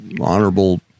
honorable